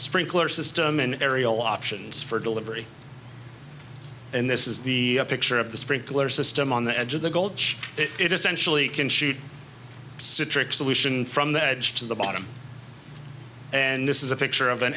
sprinkler system an aerial options for delivery and this is the picture of the sprinkler system on the edge of the gulch it essentially can shoot citric solution from the edge to the bottom and this is a picture of an